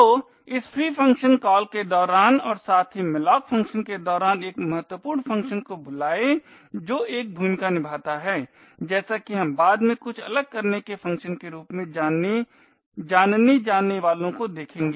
तो इस free function call के दौरान और साथ ही malloc फ़ंक्शन के दौरान एक महत्वपूर्ण फ़ंक्शन को बुलाये जो एक भूमिका निभाता है जैसा कि हम बाद में कुछ अलग करने के फ़ंक्शन के रूप में जानने जाने वालों को देखेंगे